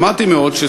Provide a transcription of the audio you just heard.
תמהתי מאוד,